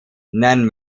nan